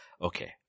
Okay